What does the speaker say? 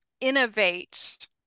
innovate